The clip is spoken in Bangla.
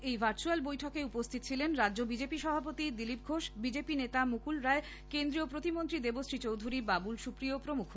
আজকের এই ভার্চুয়াল বৈঠকে উপস্হিত ছিলেন রাজ্য বিজেপি সভাপতি দিলীপ ঘোষ বিজেপি নেতা মুকুল রায় কেন্দ্রীয় প্রতিমন্ত্রী দেবশ্রী চৌধুরি বাবুল সুপ্রিয় প্রমুখ